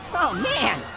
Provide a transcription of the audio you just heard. oh man,